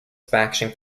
faction